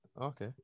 Okay